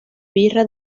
villa